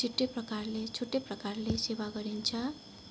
छिट्टै प्रकारले छुट्टै प्रकारले सेवा गरिन्छ